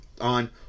on